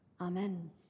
Amen